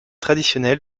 traditionnel